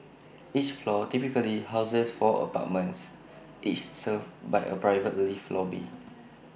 each floor typically houses four apartments each served by A private lift lobby